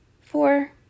four